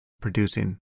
producing